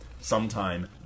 sometime